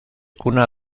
cuna